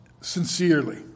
sincerely